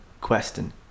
question